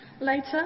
Later